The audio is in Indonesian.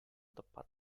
tepat